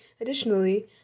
Additionally